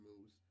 moves